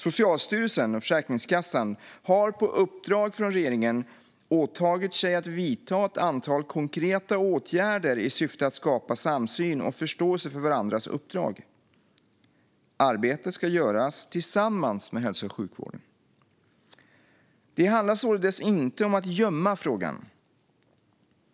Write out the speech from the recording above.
Socialstyrelsen och Försäkringskassan har på uppdrag från regeringen åtagit sig att vidta ett antal konkreta åtgärder i syfte att skapa samsyn och förståelse för varandras uppdrag. Arbetet ska göras tillsammans med hälso och sjukvården. Det handlar således inte om att gömma frågan.